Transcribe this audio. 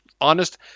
honest